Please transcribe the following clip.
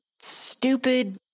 stupid